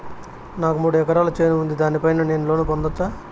నాకు మూడు ఎకరాలు చేను ఉంది, దాని పైన నేను లోను పొందొచ్చా?